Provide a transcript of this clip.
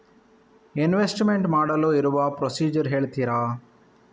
Investment ಮಾಡಲು ಇರುವ procedure ಹೇಳ್ತೀರಾ?